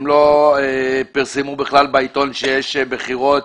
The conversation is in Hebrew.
הם לא פרסמו בכלל בעיתון שיש בחירות.